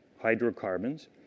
hydrocarbons